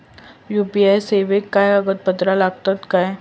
UPI सेवाक काय कागदपत्र लागतत काय?